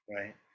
right